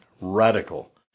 radical